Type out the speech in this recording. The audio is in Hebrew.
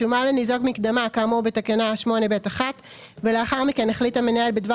שולמה לניזוק מקדמה כאמור בתקנה 8(ב1) ולאחר מכן החליט המנהל בדבר